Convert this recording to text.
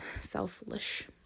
selfish